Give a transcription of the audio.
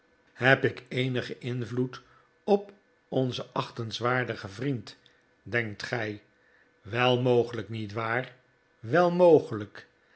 heb ik eenigen invloed op onzen achtenswaardigen vriend denkt gij wei mogelijk niet waar wei mogelijk